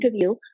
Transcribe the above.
interview